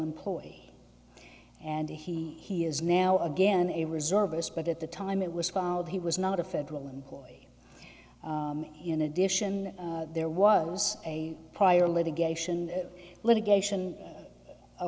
employee and he he is now again a reservist but at the time it was found he was not a federal employee in addition there was a prior litigation litigation a